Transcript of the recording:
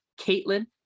Caitlin